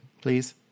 please